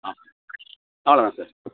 ஆ அவ்வளோ தான் சார்